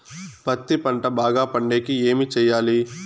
పత్తి పంట బాగా పండే కి ఏమి చెయ్యాలి?